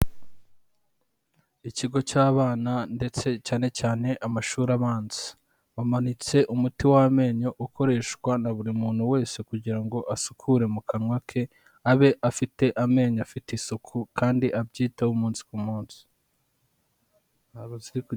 Ikigo cy'abana ndetse cyane cyane amashuri abanza, bamanitse umuti w'amenyo ukoreshwa na buri muntu wese kugira ngo asukure mu kanwa ke, abe afite amenyo afite isuku kandi abyitaho umunsi ku munsi.